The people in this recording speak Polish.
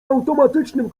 automatycznym